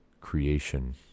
creation